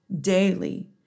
daily